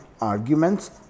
arguments